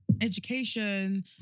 education